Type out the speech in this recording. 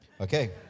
Okay